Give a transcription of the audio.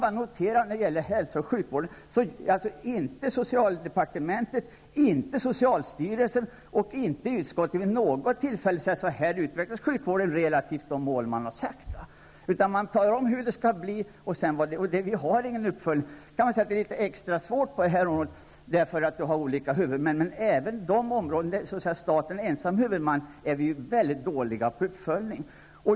Jag vill när det gäller hälso och sjukvården notera att varken socialdepartementet, socialstyrelsen eller socialutskottet vid något tillfälle har frågat sig: Utvecklas sjukvården i riktning mot de mål som man har satt upp? Man talar om hur det skall bli, men man har ingen uppföljning. Det kan vara extra svårt på detta område, eftersom man har olika huvudmän, men även på de områden där staten är ensam huvudman är vi mycket dåliga på uppföljning.